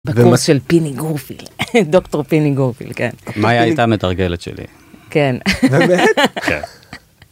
בקורס של פיני גורפיל, דוקטור פיני גורפיל, מאיה הייתה המתרגלת שלי. באמת? כן.